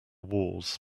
wars